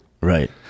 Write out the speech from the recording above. Right